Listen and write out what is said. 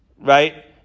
Right